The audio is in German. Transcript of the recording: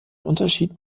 unterschied